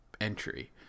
entry